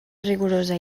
rigorosa